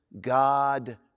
God